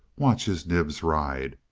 watch his nibs ride,